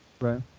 right